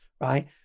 Right